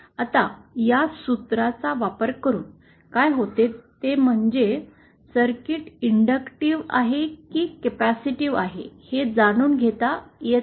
आता या सूत्राचा वापर करून काय होते ते म्हणजे सर्किट इंडक्टिव्ह आहे की कपॅसिटिव्ह आहे हे जाणून घेता येत नाही